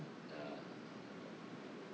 ya